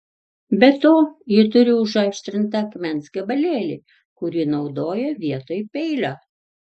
be to ji turi užaštrintą akmens gabalėlį kurį naudoja vietoj peilio